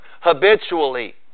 habitually